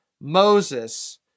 Moses